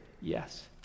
yes